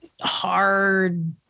hard